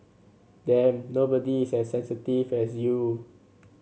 damn nobody is as sensitive as you